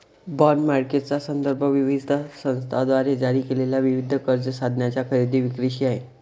bond मार्केटचा संदर्भ विविध संस्थांद्वारे जारी केलेल्या विविध कर्ज साधनांच्या खरेदी विक्रीशी आहे